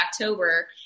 October